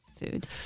food